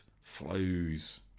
flows